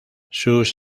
sus